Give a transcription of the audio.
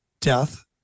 Death